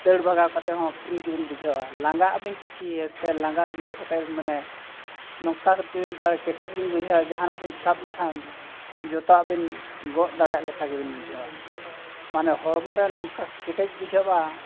ᱫᱟᱹᱲ ᱵᱟᱜᱟᱣ ᱠᱟᱛᱮ ᱦᱚᱸ ᱯᱷᱨᱤ ᱜᱮᱵᱤᱱ ᱵᱩᱡᱷᱟᱹᱣᱟ ᱞᱟᱜᱟᱜ ᱟᱹᱵᱤᱱ ᱠᱤᱪᱷᱩ ᱤᱭᱟᱹᱛᱮ ᱞᱟᱸᱜᱟ ᱤᱭᱟᱹ ᱠᱟᱛᱮ ᱢᱟᱱᱮ ᱱᱚᱝᱠᱟ ᱫᱤᱞ ᱫᱟᱲᱮ ᱠᱮᱴᱮᱡ ᱵᱤᱱ ᱵᱩᱡᱷᱟᱹᱣᱟ ᱡᱟᱦᱟᱱᱟᱜ ᱵᱤᱱ ᱥᱟᱵ ᱞᱮᱠᱷᱟᱱ ᱡᱚᱛᱚᱣᱟᱜ ᱵᱤᱱ ᱜᱚᱜ ᱫᱟᱲᱮᱭᱟᱜ ᱞᱮᱠᱟᱜᱮᱵᱤᱱ ᱵᱩᱡᱷᱟᱹᱣᱟ ᱢᱟᱱᱮ ᱦᱚᱲᱢᱚ ᱨᱮ ᱱᱚᱝᱠᱟ ᱠᱮᱴᱮᱡ ᱵᱩᱡᱷᱟᱹᱜᱼᱟ